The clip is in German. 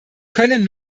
können